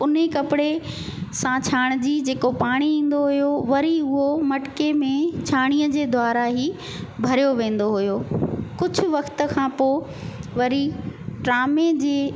उन कपिड़े सां छाणिजी जेको पाणी ईंदो हुयो वरी उहो मटिके में छाणीअ जे द्वारां ई भरियो वेंदो हुयो कुझु वक़्त खां पोइ वरी टामे जे